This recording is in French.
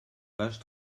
pages